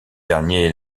dernier